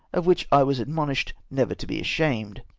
of which i was admonished never to be ashamed.